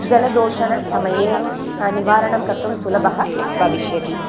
जलदोषणसमये निवारणं कर्तुं सुलभः भविष्यति